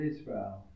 Israel